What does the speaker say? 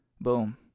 boom